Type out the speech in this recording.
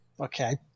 Okay